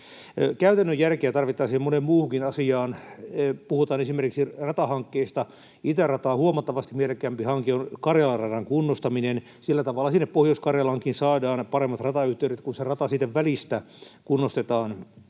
Käytännön järkeä tarvittaisiin moneen muuhunkin asiaan. Kun puhutaan esimerkiksi ratahankkeista, itärataa huomattavasti mielekkäämpi hanke on Karjalan radan kunnostaminen. Sillä tavalla sinne Pohjois-Karjalaankin saadaan paremmat ratayhteydet, kun se rata siitä välistä kunnostetaan